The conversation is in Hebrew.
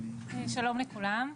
שלום לכולם,